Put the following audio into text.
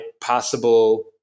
possible